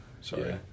sorry